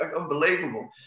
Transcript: unbelievable